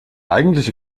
eigentliche